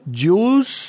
Jews